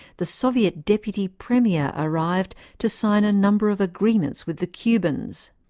the soviet deputy premier arrived to sign a number of agreements with the cubans.